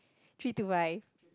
three